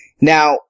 Now